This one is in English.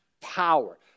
power